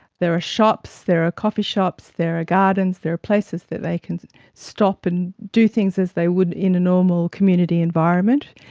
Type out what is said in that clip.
there are shops, there are coffee shops, there are ah gardens, there are places that they can stop and do things as they would in a normal community environment.